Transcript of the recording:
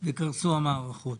וקרסו המערכות'.